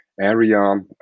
area